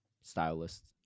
stylist